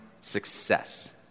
success